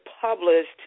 published